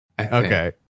Okay